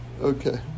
Okay